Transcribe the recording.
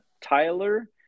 Tyler